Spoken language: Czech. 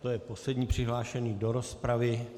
To je poslední přihlášený do rozpravy.